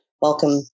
Welcome